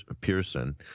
Pearson